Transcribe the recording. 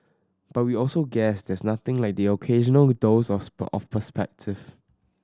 but we also guess there's nothing like the occasional dose of of perspective